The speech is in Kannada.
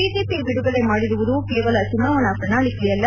ಬಿಜೆಪಿ ಬಿಡುಗಡೆ ಮಾಡಿರುವುದು ಕೇವಲ ಚುನಾವಣಾ ಪ್ರಣಾಳಿಕೆಯಲ್ಲ